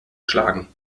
schlagen